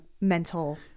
mental